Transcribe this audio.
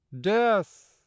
death